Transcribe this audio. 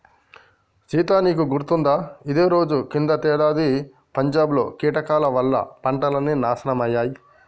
సీత నీకు గుర్తుకుందా ఇదే రోజు కిందటేడాది పంజాబ్ లో కీటకాల వల్ల పంటలన్నీ నాశనమయ్యాయి